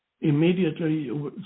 Immediately